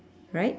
right